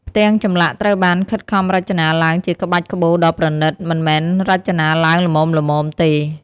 ផ្ទាំងចម្លាក់ត្រូវបានខិតខំរចនាឡើងជាក្បាច់ក្បូរដ៏ប្រណិត មិនមែនរចនាឡើងល្មមៗទេ។